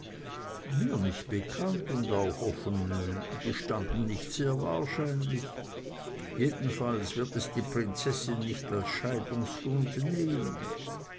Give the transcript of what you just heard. mir nicht bekannt und auch offen gestanden nicht sehr wahrscheinlich jedenfalls wird es die prinzessin nicht als scheidungsgrund nehmen